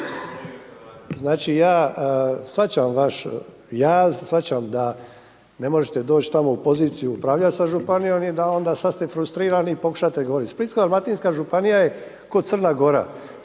vaš jaz, shvaćam da ne možete doći tamo u poziciju upravljati sa županijom i sad ste frustrirani i pokušavate … Splitsko-dalmatinska županija je ko Crna Gora.